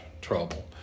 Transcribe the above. trouble